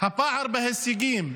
הפער בהישגים